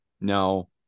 No